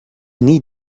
need